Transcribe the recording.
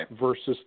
versus